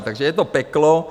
Takže je to peklo.